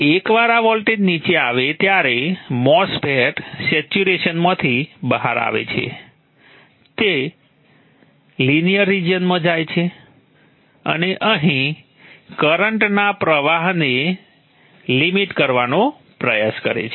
એકવાર આ વોલ્ટેજ નીચે આવે ત્યારે MOSFET સેચ્યુરેશનમાંથી બહાર આવે છે તે લિનિયર રીજીયનમાં જાય છે અને અહીં કરંટના પ્રવાહને લિમિટ કરવાનો પ્રયાસ કરે છે